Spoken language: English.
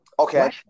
Okay